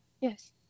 Yes